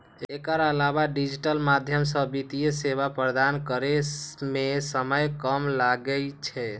एकर अलावा डिजिटल माध्यम सं वित्तीय सेवा प्रदान करै मे समय कम लागै छै